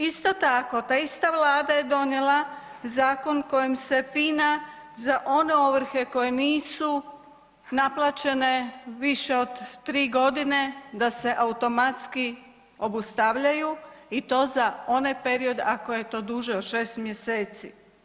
Isto tako ta ista Vlada je donijela zakon kojim se FINA za one ovrhe koje nisu naplaćene više od 3 godine da se automatski obustavljaju i to za onaj period ako je to duže od 6 mjeseci.